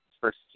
first